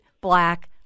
black